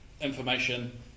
information